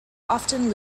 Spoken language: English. often